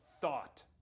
thought